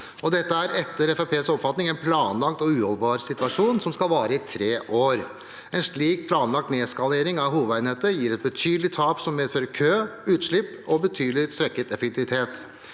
etter Fremskrittspartiets oppfatning en planlagt og uholdbar situasjon som skal vare i tre år. En slik planlagt nedskalering av hovedveinettet gir et betydelig tap som medfører kø, utslipp og betydelig svekket effektivitet.